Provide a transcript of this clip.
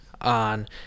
on